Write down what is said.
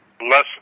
Less